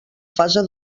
fase